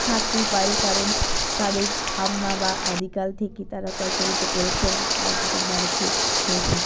থাকতেই পারে কারণ তাদের ঠাম্মা বা আদিকাল থেকে তারা প্রচলিত করেছেন তাই তাদের বাড়িতে হয়ে থাকে